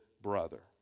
brother